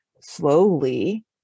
slowly